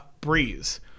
breeze